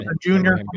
Junior